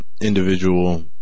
individual